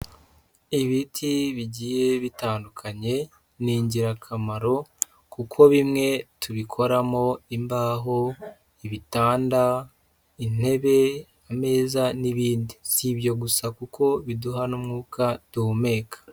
Ibiti bigiye bitandukanye ni ingirakamaro kuko bimwe tubikoramo imbaho, ibitanda, intebe, ameza n'ibindi, si ibyo gusa kuko biduha n'umwuka duhumeka.